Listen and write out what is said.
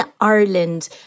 Ireland